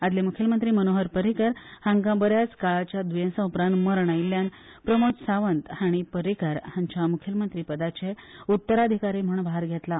आदले मुखेलमंत्री मनोहर पर्रीकर हांका बऱ्याच काळाच्या द्येसा उपरांत मरण आयिल्ल्यान प्रमोद सावंत हाणी पर्रीकार हांच्या मुखेलमंत्री पदाचे उत्तराधिकारी म्हण भार घेतला